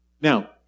Now